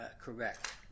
correct